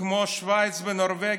כמו שווייץ ונורבגיה,